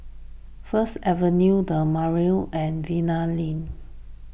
First Avenue the Madeira and Vanda Link